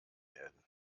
erden